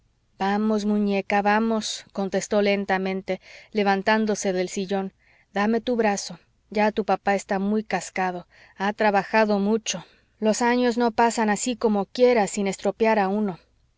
vamos muñeca vamos contestó lentamente levantándose del sillón dame tu brazo ya tu papá está muy cascado ha trabajado mucho los años no pasan así como quiera sin estropear a uno